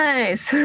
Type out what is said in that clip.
Nice